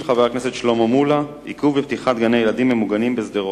של חבר הכנסת שלמה מולה: עיכוב בפתיחת גני-ילדים ממוגנים בשדרות.